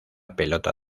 pelota